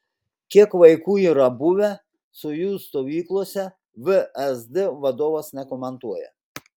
kiek vaikų yra buvę sojuz stovyklose vsd vadovas nekomentuoja